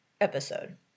episode